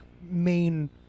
main